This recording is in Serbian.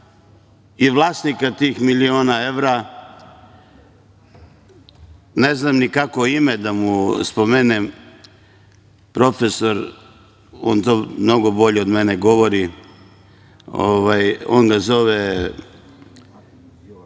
i vlasnika tih miliona evra, ne znam ni kako ime da mu spomenem, profesor to mnogo bolje od mene govori, on ga zove